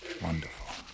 Wonderful